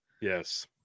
yes